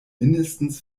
mindestens